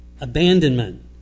Abandonment